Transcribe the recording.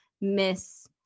miss